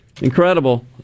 Incredible